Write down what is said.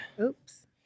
Oops